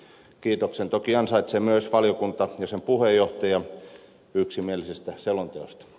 kiitoksen toki ansaitsee myös valiokunta ja sen puheenjohtaja yksimielisestä selonteosta